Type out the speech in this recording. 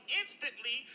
instantly